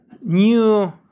new